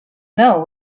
know